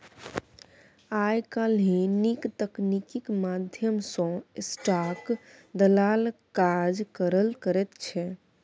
आय काल्हि नीक तकनीकीक माध्यम सँ स्टाक दलाल काज करल करैत छै